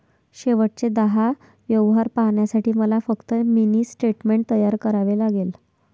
शेवटचे दहा व्यवहार पाहण्यासाठी मला फक्त मिनी स्टेटमेंट तयार करावे लागेल